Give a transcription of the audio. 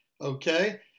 Okay